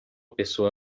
pessoa